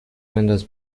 بنداز